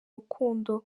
rukundo